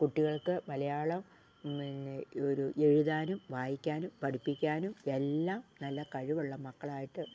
കുട്ടികൾക്ക് മലയാളം ഒരു എഴുതാനും വായിക്കാനും പഠിപ്പിക്കാനും എല്ലാം നല്ല കഴിവുള്ള മക്കളായിട്ട്